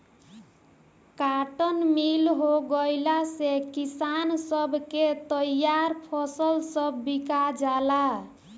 cotton mill हो गईला से किसान सब के तईयार फसल सब बिका जाला